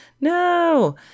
No